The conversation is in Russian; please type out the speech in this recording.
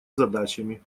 задачами